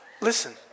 Listen